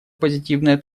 позитивная